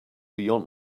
beyond